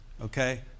okay